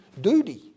duty